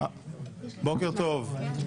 התשפ"ב-2021,